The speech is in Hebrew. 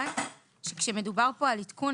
כאשר מדובר כאן על עדכון,